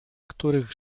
których